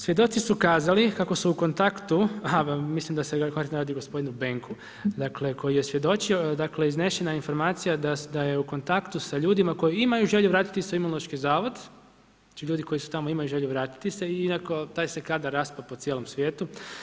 Svjedoci su kazali kako su u kontaktu, aha, mislim da se konkretno radi o gospodinu Benku koji je svjedočio, dakle iznešena informacija da je u kontaktu sa ljudima koji imaju želju vratiti se u Imunološki zavod, znači ljudi koji imaju želju tamo vratiti se iako taj se kadar raspao po cijelom svijetu.